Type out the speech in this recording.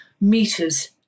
meters